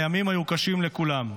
הימים היו קשים לכולם.